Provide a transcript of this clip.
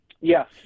Yes